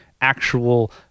actual